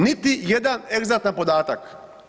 Niti jedan egzaktan podatak.